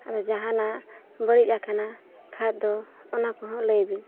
ᱟᱫᱚ ᱡᱟᱦᱟᱱᱟᱜ ᱵᱟᱹᱲᱤᱡ ᱟᱠᱟᱱᱟ ᱠᱷᱟᱱ ᱫᱚ ᱚᱱᱟ ᱠᱚᱦᱚᱸ ᱞᱟᱹᱭᱵᱤᱱ